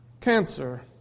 cancer